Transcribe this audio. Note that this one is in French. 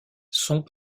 sont